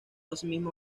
asimismo